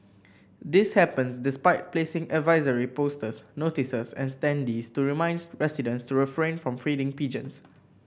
this happens despite placing advisory posters notices and standees to remind residents to refrain from feeding pigeons